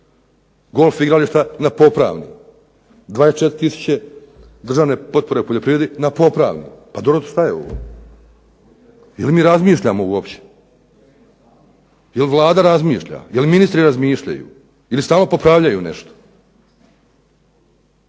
golf igrališta na popravni, 24000 državne potpore u poljoprivredi na popravni. Pa dobro šta je ovo? Je li mi razmišljamo uopće? Jel' Vlada razmišlja? Jel' ministri razmišljaju? Jer stalno popravljaju nešto.